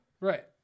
Right